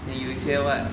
then 有一些 what